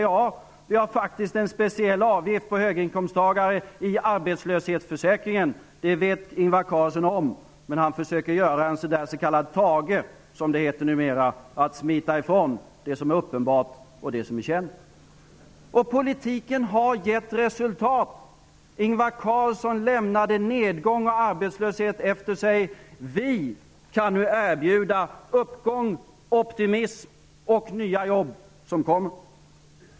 Ja, vi har faktiskt en speciell avgift för höginkomsttagare i arbetslöshetsförsäkringen. Det vet Ingvar Carlsson om, men han försöker att göra en s.k. Thage, som det numera heter, att smita ifrån det som är uppenbart och känt. Politiken har gett resultat. Ingvar Carlsson lämnade nedgång och arbetslöshet efter sig. Vi kan nu erbjuda uppgång, optimism och nya jobb som kommer.